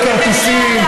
לספסר בכרטיסים.